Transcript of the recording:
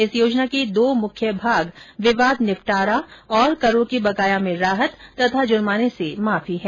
इस योजना के दो मुख्य भाग विवाद निपटारा और करों के बकाया में राहत तथा जुर्माने से माफी है